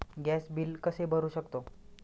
Gas bill कसे भरू शकतो?